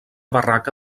barraca